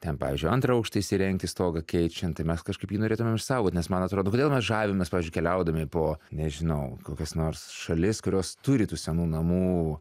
ten pavyzdžiui antrą aukštą įsirengt stogą keičiant tai mes kažkaip jį norėtumėm išsaugot nes man atrodo kodėl mes žavimės pavyzdžiui keliaudami po nežinau kokias nors šalis kurios turi tų senų namų